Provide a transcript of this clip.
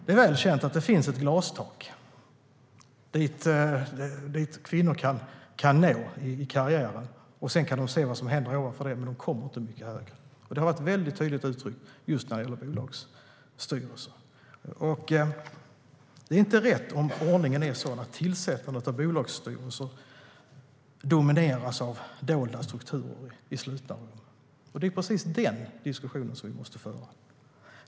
Det är välkänt att det finns ett glastak dit kvinnor kan nå i karriären, och sedan kan de se vad som händer ovanför det, men de kommer inte mycket högre. Det har varit tydligt uttryckt just när det gäller bolagsstyrelser. Det är inte rätt om ordningen är sådan att tillsättandet av bolagsstyrelser domineras av dolda strukturer i slutna rum. Det är precis den diskussionen som vi måste föra.